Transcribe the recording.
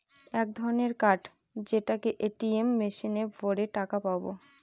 এক ধরনের কার্ড যেটাকে এ.টি.এম মেশিনে ভোরে টাকা পাবো